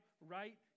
right